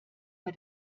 bei